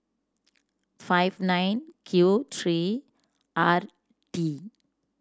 five nine Q three R T